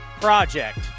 project